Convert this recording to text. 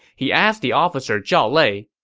he asked the officer zhao lei,